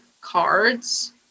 cards